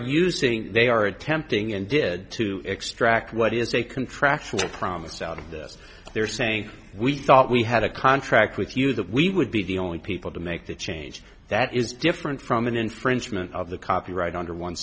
using they are attempting and did to extract what is a contractual promise out of this they're saying we thought we had a contract with you that we would be the only people to make that change that is different from an infringement of the copyright under one